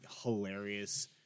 hilarious